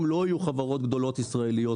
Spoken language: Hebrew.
לא יהיו יותר חברות גדולות ישראליות.